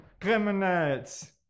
criminals